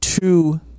two